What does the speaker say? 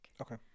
okay